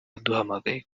yaduhamagaye